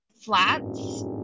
flats